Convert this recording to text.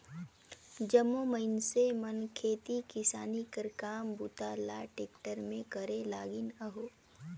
जम्मो मइनसे मन खेती किसानी कर काम बूता ल टेक्टर मे करे लगिन अहे